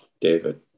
David